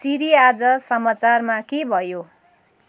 सिरी आज समाचारमा के भयो